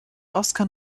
oscar